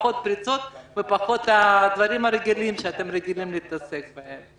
פחות פריצות ופחות הדברים הרגילים שאתם רגילים להתעסק בהם.